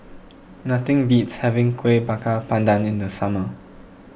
nothing beats having Kuih Bakar Pandan in the summer